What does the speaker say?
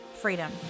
Freedom